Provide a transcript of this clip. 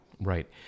Right